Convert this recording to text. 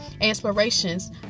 Inspirations